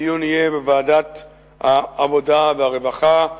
הדיון יהיה בוועדת העבודה והרווחה,